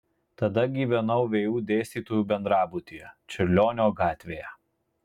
tada gyvenau vu dėstytojų bendrabutyje čiurlionio gatvėje